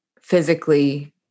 physically